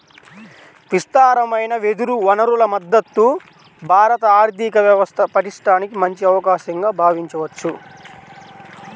విస్తారమైన వెదురు వనరుల మద్ధతు భారత ఆర్థిక వ్యవస్థ పటిష్టానికి మంచి అవకాశంగా భావించవచ్చు